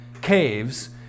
caves